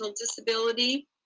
disability